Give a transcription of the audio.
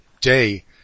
day